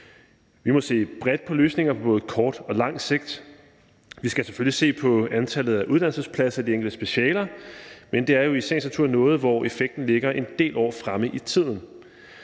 Vi må se bredt på løsninger på både kort og lang sigt. Vi skal selvfølgelig se på antallet af uddannelsespladser i de enkelte specialer, men det er jo i sagens natur noget, hvor effekten ligger en del år fremme i tiden.